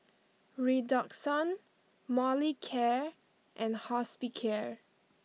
Redoxon Molicare and Hospicare